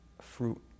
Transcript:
fruit